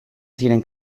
ziren